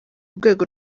urwego